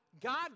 God